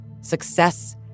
success